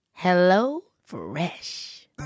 HelloFresh